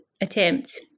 attempt